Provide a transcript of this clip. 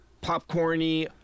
popcorn-y